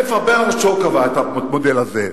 ברנרד שו כבר קבע את המודל הזה.